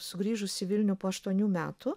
sugrįžus į vilnių po aštuonių metų